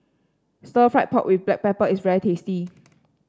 Stir Fried Pork with Black Pepper is very tasty